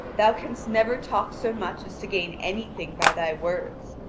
thou canst never talk so much as to gain anything by thy words.